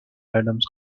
adams